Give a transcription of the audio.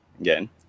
again